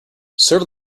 serve